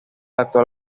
actual